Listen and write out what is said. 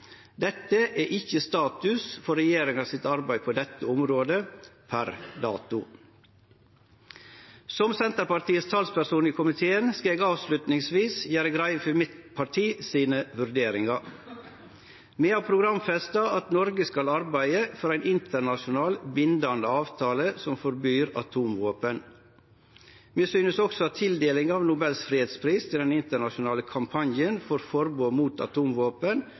Dette er ikkje status for regjeringa sitt arbeid på dette området per dato. Som Senterpartiets talsperson i komiteen skal eg avslutningsvis gjere greie for mitt parti sine vurderingar. Vi har programfesta at Noreg skal arbeide for ein internasjonal, bindande avtale som forbyr atomvåpen. Vi synest også at tildelinga av Nobels fredspris til Den internasjonale kampanjen for forbod mot atomvåpen